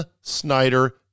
Snyder